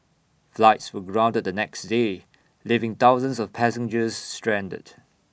flights were grounded the next day leaving thousands of passengers stranded